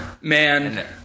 Man